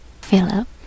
Philip